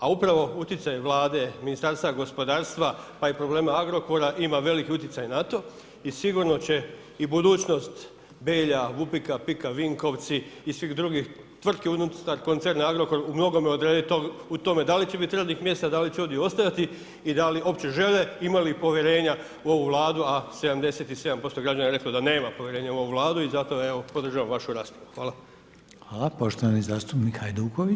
A upravo uticaj Vlade, Ministarstva gospodarstva, pa i problemi Agrokora imaju veliki utjecaj na to i sigurno će i budućnost Belja, Vupika, PIK-a Vinkovci i svih drugih tvrtki unutar koncerna Agrokor u mnogome odrediti u tome da li će biti trenutnih mjesta, da li će ljudi ostajati i da li uopće žele, ima li povjerenja u ovu Vladu, a 77% građana je rekao da nema povjerenja u ovu Vladu i zato evo, podržavam vašu raspravu.